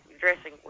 dressing